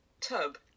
tub